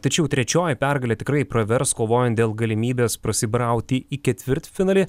tačiau trečioji pergalė tikrai pravers kovojant dėl galimybės prasibrauti į ketvirtfinalį